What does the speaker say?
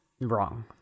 wrong